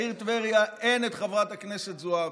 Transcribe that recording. לעיר טבריה אין את חברת הכנסת זועבי.